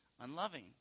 unloving